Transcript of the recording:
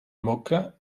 moca